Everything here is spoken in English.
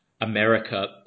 America